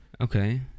Okay